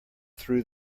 through